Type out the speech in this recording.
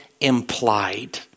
implied